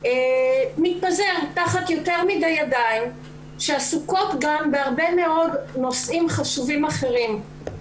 מתפזר תחת יותר מדי ידיים שעסוקות גם בהרבה מאוד נושאים חשובים אחרים.